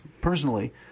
personally